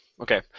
Okay